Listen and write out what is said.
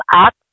up